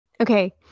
Okay